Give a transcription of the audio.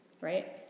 right